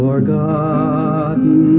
Forgotten